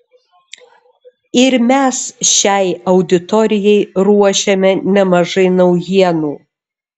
ir mes šiai auditorijai ruošiame nemažai naujienų